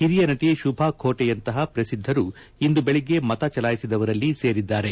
ಹಿರಿಯ ನಟ ಶುಭಾ ಖೋಟೆಯಂತಹ ಪ್ರಸಿದ್ದರು ಇಂದು ಬೆಳಗ್ಗೆ ಮತ ಚಲಾಯಿಸಿದ್ದವರಲ್ಲಿ ಸೇರಿದ್ದಾರೆ